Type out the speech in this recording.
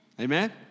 Amen